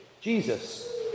Jesus